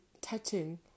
touching